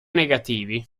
negativi